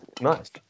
nice